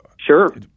Sure